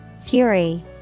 Fury